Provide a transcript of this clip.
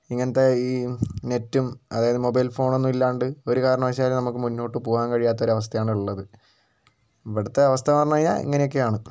ഇങ്ങനത്തെ ഈ നെറ്റും അതായത് മൊബൈൽ ഫോണൊന്നും ഇല്ലാണ്ട് ഒരു കാരണവശാലും നമുക്ക് മുന്നോട്ട് പോകാൻ കഴിയാത്തൊരവസ്ഥയാണ് ഉള്ളത് ഇവിടുത്തെ അവസ്ഥയെന്നു പറഞ്ഞു കഴിഞ്ഞാൽ ഇങ്ങനെയൊക്കെയാണ്